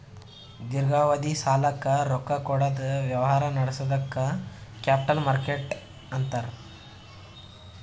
ದೀರ್ಘಾವಧಿ ಸಾಲಕ್ಕ್ ರೊಕ್ಕಾ ಕೊಡದ್ ವ್ಯವಹಾರ್ ನಡ್ಸದಕ್ಕ್ ಕ್ಯಾಪಿಟಲ್ ಮಾರ್ಕೆಟ್ ಅಂತಾರ್